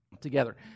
together